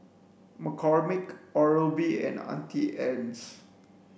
McCormick Oral B and Auntie Anne's